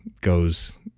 goes